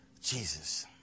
Jesus